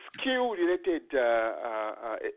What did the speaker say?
skill-related